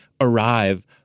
arrive